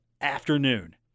afternoon